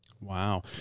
Wow